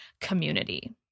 community